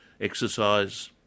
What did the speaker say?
exercise